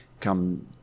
come